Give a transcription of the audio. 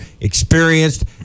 experienced